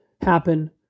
happen